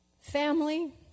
Family